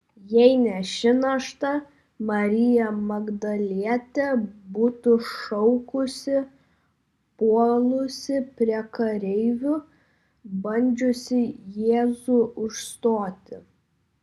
jei ne ši našta marija magdalietė būtų šaukusi puolusi prie kareivių bandžiusi jėzų užstoti